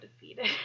defeated